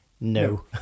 no